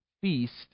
feast